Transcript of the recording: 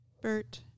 Bert